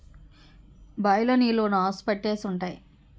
bye లో నీళ్లు నాసు పట్టేసి ఉంటాయి